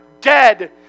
dead